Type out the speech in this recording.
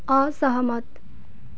असहमत